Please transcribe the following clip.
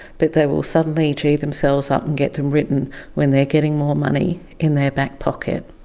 but they will suddenly gee themselves up and get them written when they're getting more money in their back pocket.